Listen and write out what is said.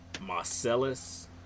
Marcellus